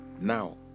now